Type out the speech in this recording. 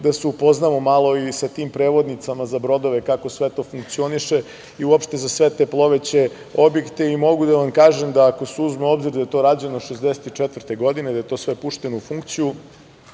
da se upoznamo malo i sa tim prevodnicama za brodove, kako to sve funkcioniše, i uopšte za sve te ploveće objekte, i mogu da kažem da, ako se uzme u obzir da je to rađeno 1964. godine, da je to sve pušteno u funkciju,